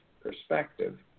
perspective